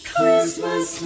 Christmas